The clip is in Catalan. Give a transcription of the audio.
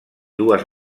dues